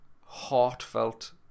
Heartfelt